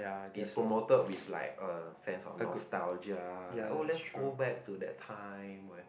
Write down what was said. its promoted with like a sense nostalgia like oh lets go back to that time where